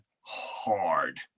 hard